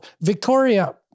Victoria